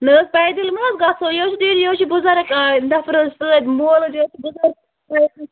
نہ حظ پیدٕلۍ مہٕ حظ گَژھو یہِ حظ چھُ ڈیڈی جی یہِ حظ چھُ بُزَرٕگ آے نفر سۭتۍ مول حظ چھُ اسہِ بُزَرٕگ